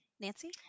Nancy